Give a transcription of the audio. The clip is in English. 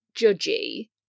judgy